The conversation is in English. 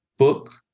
Book